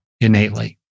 Innately